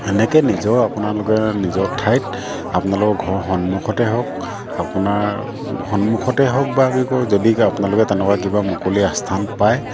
এনেকৈ নিজৰ আপোনালোকে নিজৰ ঠাইত আপোনালোকৰ ঘৰৰ সন্মুখতে হওক আপোনাৰ সন্মুখতে হওক বা কি কয় যদি আপোনালোকে তেনেকুৱা কিবা মুকলি আস্থান পায়